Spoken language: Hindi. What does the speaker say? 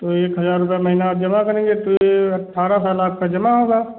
तो एक हजार रुपये महीना आप जमा करेंगे तो ये अठारह साल आपका जमा होगा